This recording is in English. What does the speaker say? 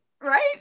right